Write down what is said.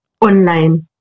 online